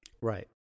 Right